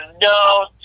No